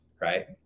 Right